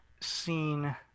seen